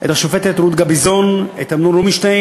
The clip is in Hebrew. את השופטת רות גביזון, את אמנון רובינשטיין.